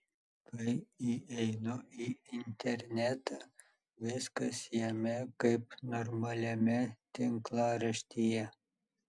kai įeinu į internetą viskas jame kaip normaliame tinklaraštyje